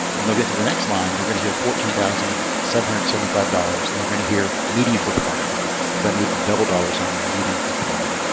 and they'll get to the next line. they're going to hear fourteen thousand seven hundred and seventy five dollars. and they're going to hear medium-performing because i made the double dollar sign the medium-performing,